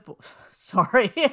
Sorry